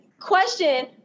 question